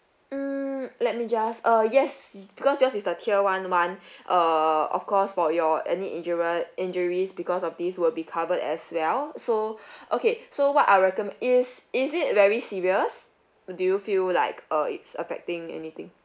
mm let me just uh yes because yours is the tier one [one] uh of course for your any injurie~ injuries because of this will be covered as well so okay so what I recom~ is is it very serious do you feel like uh it's affecting anything